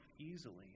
easily